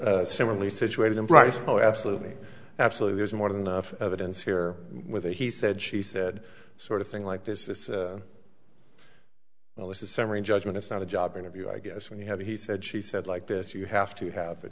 to similarly situated in bryce oh absolutely absolutely there's more than enough evidence here with a he said she said sort of thing like this is well this is summary judgment it's not a job interview i guess when you have a he said she said like this you have to have a